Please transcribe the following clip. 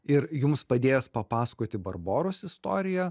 ir jums padėjęs papasakoti barboros istoriją